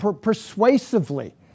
persuasively